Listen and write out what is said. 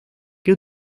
que